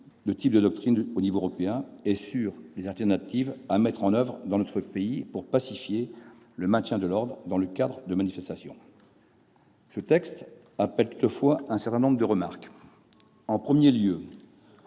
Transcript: type de doctrine au niveau européen, et sur les alternatives à mettre en oeuvre dans notre pays pour pacifier le maintien de l'ordre dans le cadre des manifestations ». Ce texte appelle toutefois un certain nombre de remarques. En premier lieu,